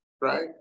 right